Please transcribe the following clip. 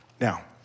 Now